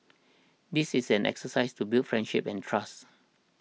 this is an exercise to build friendship and trust